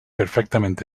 perfectament